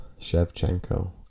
Shevchenko